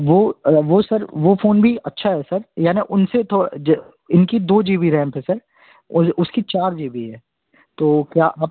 वो वो सर वह फ़ोन भी अच्छा है सर यानि उनसे थोड़ा जा इनकी दाे जी बी रैम है सर वो जो उसकी चार जी बी है तो क्या आप